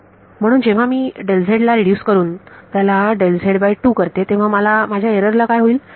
म्हणून जेव्हा मी ला रीड्युस करून करून त्याला करतेय तेव्हा माझ्या एरर ला काय होईल